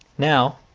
now,